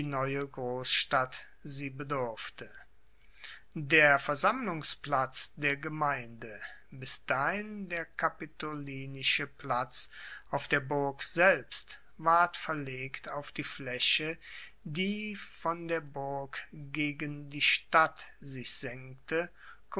neue grossstadt sie bedurfte der versammlungsplatz der gemeinde bis dahin der kapitolinische platz auf der burg selbst ward verlegt auf die flaeche die von der burg gegen die stadt sich senkte